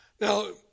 Now